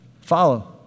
Follow